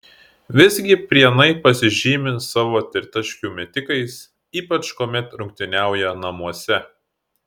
visgi prienai pasižymi savo tritaškių metikais ypač kuomet rungtyniauja namuose